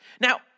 Now